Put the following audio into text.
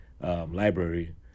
library